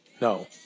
no